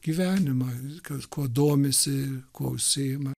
gyvenimą viskas kuo domisi kuo užsiima